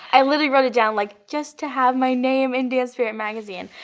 i literally wrote it down, like just to have my name in dance spirit magazine.